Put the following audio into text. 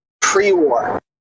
pre-war